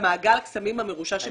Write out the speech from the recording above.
הקסמים המרושע.